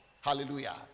Hallelujah